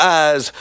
eyes